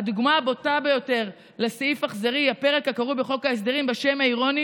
"הדוגמה הבוטה ביותר לסעיף אכזרי היא הפרק הקרוי בחוק ההסדרים בשם האירוני